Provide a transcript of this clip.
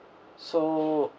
so